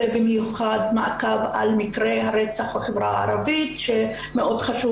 ובמיוחד מעקב על מקרי הרצח בחברה הערבית שמאוד חשוב